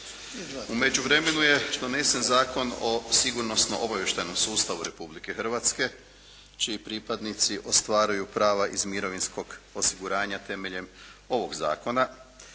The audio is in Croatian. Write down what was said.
U međuvremenu je donesen zakon o sigurnosno-obavještajnom sustavu Republike Hrvatske čiji pripadnici ostvaruju prava iz mirovinskog osiguranja temeljem ovog zakona